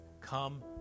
Come